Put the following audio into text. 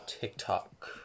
TikTok